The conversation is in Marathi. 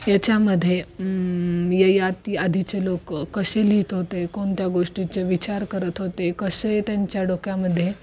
याच्यामध्ये यायाति आधीचे लोकं कसे लिहत होते कोणत्या गोष्टीचे विचार करत होते कसे त्यांच्या डोक्यामध्ये